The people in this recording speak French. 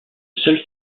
seul